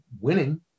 winning